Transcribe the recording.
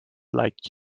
like